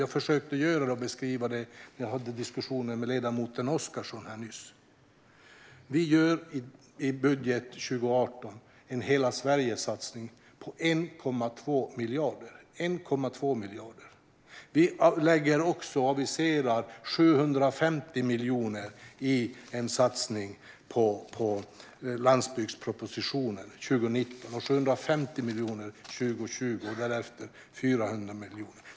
Jag försökte göra det och beskriva detta i diskussionen med ledamoten Oscarsson nyss. Vi gör i budgeten för 2018 en Hela Sverige-satsning på 1,2 miljarder - 1,2 miljarder! Vi aviserar också 750 miljoner i en satsning i landsbygdspropositionen för 2019 och 750 miljoner för 2020. Därefter är det 400 miljoner.